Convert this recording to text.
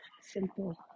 simple